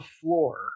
floor